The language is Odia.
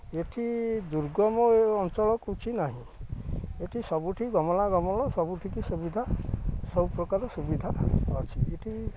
ଏଇଠି ଦୁର୍ଗମ ଏ ଅଞ୍ଚଳ କିଛି ନାହିଁ ଏଇଠି ସବୁଠି ଗମନାଗମନ ସବୁଠିକୁ ସୁବିଧା ସବୁପ୍ରକାର ସୁବିଧା ଅଛି ଏଇଠି